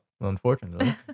unfortunately